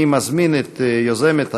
אני מזמין את יוזמת היום,